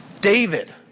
David